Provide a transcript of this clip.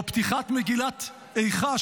או פתיחת מגילת איכה,